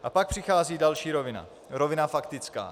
A pak přichází další rovina, rovina faktická.